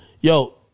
Yo